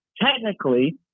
Technically